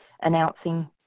announcing